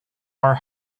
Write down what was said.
are